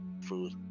food